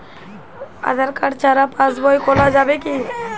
আধার card ছাড়া পাশবই খোলা যাবে কি?